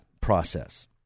process